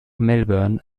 melbourne